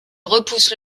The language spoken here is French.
repousse